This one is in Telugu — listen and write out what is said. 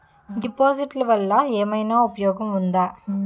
డిపాజిట్లు వల్ల ఏమైనా ఉపయోగం ఉందా?